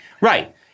Right